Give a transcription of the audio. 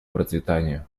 процветанию